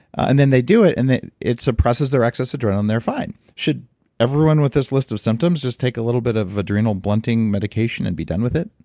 and then they do it and it it suppresses their excess adrenaline, they're fine. should everyone with this list of symptoms just take a little bit of adrenal blunting medication and be done with it?